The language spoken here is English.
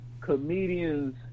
comedians